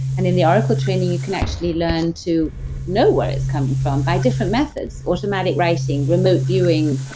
and in the oracle training, you can actually learn to know where it's coming from by different methods. automatic writing, remote viewing,